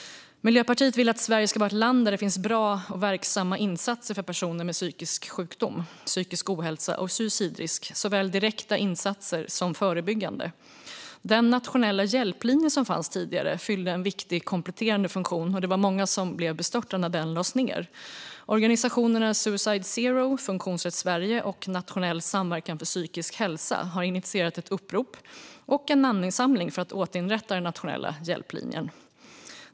Miljöpartiet vill att Sverige ska vara ett land där det finns bra och verksamma insatser för personer med psykisk sjukdom, psykisk ohälsa och suicidrisk - såväl direkta insatser som förebyggande. Den nationella hjälplinje som fanns tidigare fyllde en viktig kompletterande funktion, och det var många som blev bestörta när den lades ned. Organisationerna Suicide Zero, Funktionsrätt Sverige och Nationell samverkan för psykisk hälsa har initierat ett upprop och en namninsamling för att återinrätta den nationella hjälplinjen.